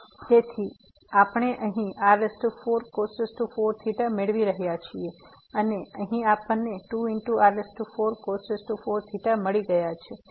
તેથી આપણે અહીં r4 મેળવી રહ્યા છીએ અને અહીં આપણને 2r4 મળી રહ્યાં છે